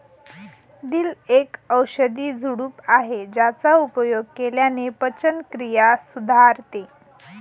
दिल एक औषधी झुडूप आहे ज्याचा उपयोग केल्याने पचनक्रिया सुधारते